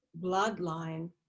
bloodline